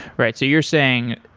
right. so you're saying,